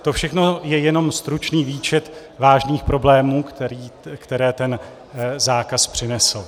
To všechno je jenom stručný výčet vážných problémů, které ten zákaz přinesl.